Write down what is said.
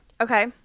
Okay